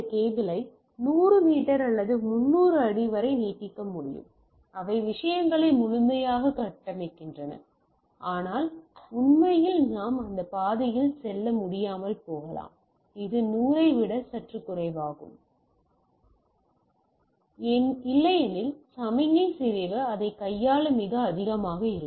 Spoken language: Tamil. கேபிளை 100 மீட்டர் அல்லது 300 அடி வரை நீட்டிக்க முடியும் அவை விஷயங்களை முழுமையாகக் கட்டமைக்கின்றன ஆனால் உண்மையில் நாம் அந்த பாதையில் செல்ல முடியாமல் போகலாம் இது 100 ஐ விட சற்று குறைவாகும் மீட்டர் எனக் கருதப்படுகிறது இல்லையெனில் சமிக்ஞை சிதைவு அதைக் கையாள மிக அதிகமாக இருக்கும்